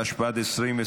התשפ"ד 2024,